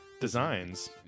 designs